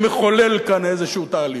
כמחולל כאן איזה תהליך,